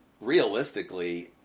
realistically